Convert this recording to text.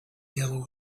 yellow